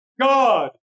God